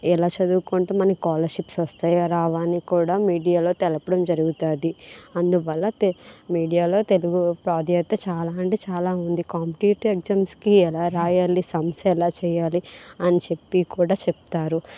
ఎలా చదువుకుంటే మనకి స్కాలర్షిప్స్ వస్తాయో రావో అని కూడా మీడియా లో తెలపడం జరుగుతుంది అందువల్ల మీడియాలో తెలుగు ప్రాధాన్యత చాలా అంటే చాలా ఉంది కాంపిటేటివ్ ఎగ్జామ్స్ కి ఎలా రాయాలి సమ్స్ ఎలా చెయ్యాలి అని కూడా చెప్తారు